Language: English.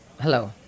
Hello